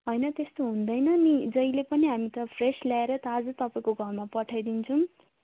होइन त्यस्तो हुँदैन नि जहिल्यै पनि हामी त फ्रेस ल्याएर ताजा तपाईँको घरमा पठाइदिन्छौँ